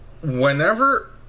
whenever